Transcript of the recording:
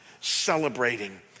celebrating